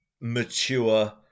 mature